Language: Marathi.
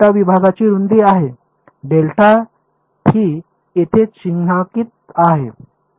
विभागाची रूंदी आहे ही येथे चिन्हांकित आहे